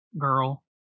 girl